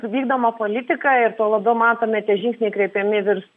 vykdomą politiką ir tuo labiau matome tie žingsniai kreipiami virs